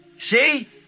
See